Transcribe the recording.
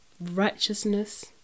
righteousness